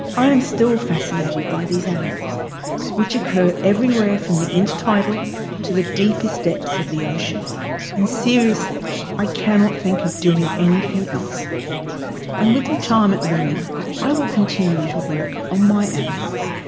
i am still fascinated by these animals which occur everywhere from the intertidal to the deepest depths of the ocean and seriously i cannot think of doing anything else and with retirement looming i will continue to work on ah my animals.